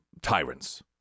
tyrants